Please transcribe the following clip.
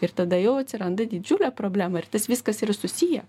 ir tada jau atsiranda didžiulė problema ir tas viskas yra susiję